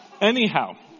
Anyhow